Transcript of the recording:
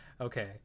Okay